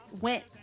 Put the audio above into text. went